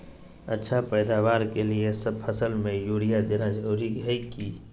अच्छा पैदावार के लिए सब फसल में यूरिया देना जरुरी है की?